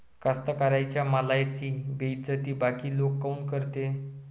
कास्तकाराइच्या मालाची बेइज्जती बाकी लोक काऊन करते?